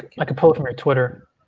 like pull it from our twitter,